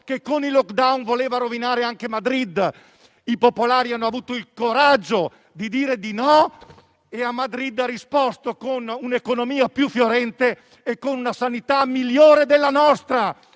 che con il *lockdown* voleva rovinare anche Madrid. I popolari hanno avuto il coraggio di dire di no e Madrid ha risposto con un'economia più fiorente e con una sanità migliore della nostra.